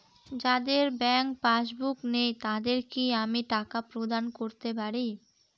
যাদের bank passbook নেই তাদের কি আমি টাকা প্রদান করতে পারি?